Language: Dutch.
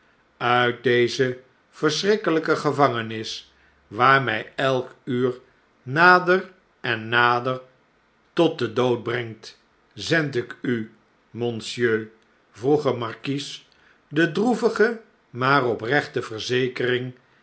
uit deze verschrikkelijke gevangenis waar mh elk uur nader en nader tot den dood brengt zend ik u monsieur vroeger markies de droevige maar oprechte verzekering